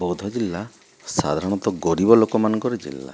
ବୌଦ୍ଧ ଜିଲ୍ଲା ସାଧାରଣତଃ ଗରିବ ଲୋକମାନଙ୍କର ଜିଲ୍ଲା